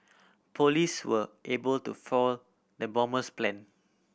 police were able to foil the bomber's plan